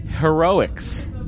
heroics